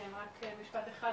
רק משפט אחד,